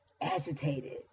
agitated